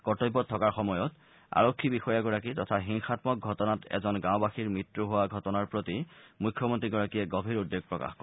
কৰ্তব্যত থকাৰ সময়ত আৰক্ষী বিষয়াগৰাকী তথা হিংসাম্মক ঘটনাত এজন গাঁওবাসীৰ মৃত্যু হোৱাৰ ঘটনাৰ প্ৰতি মুখ্যমন্ত্ৰীগৰাকীয়ে গভীৰ উদ্বেগ প্ৰকাশ কৰে